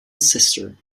sister